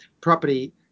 property